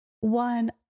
one